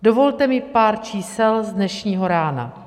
Dovolte mi pár čísel z dnešního rána.